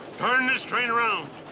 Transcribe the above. turn this train around.